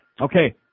Okay